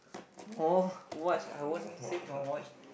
no watch I won't save my watch